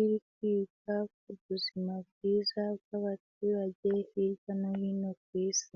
iri kwiga ku buzima bwiza bw'abaturage hirya no hino ku isi.